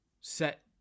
set